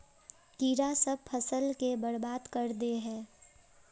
कीड़ा सब फ़सल के बर्बाद कर दे है?